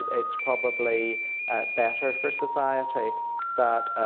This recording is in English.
it's probably better for society that,